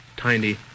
tiny